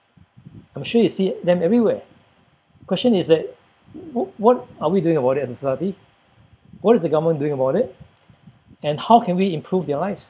I'm sure you see them everywhere question is that wh~ what are we doing about it as a society what is the government doing about it and how can we improve their lives